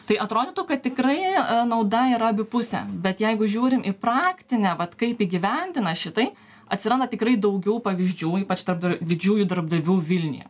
tai atrodytų kad tikrai nauda yra abipusė bet jeigu žiūrim į praktinę vat kaip įgyvendina šitai atsiranda tikrai daugiau pavyzdžių ypač tarp didžiųjų darbdavių vilniuje